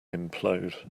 implode